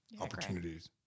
opportunities